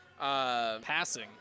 Passing